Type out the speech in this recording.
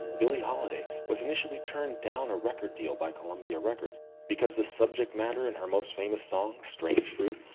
billie holiday was initially turned down a record deal by columbia records because the subject matter in her most famous song, strange fruit,